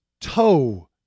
toe